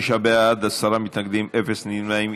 45 בעד, עשרה מתנגדים ואפס נמנעים.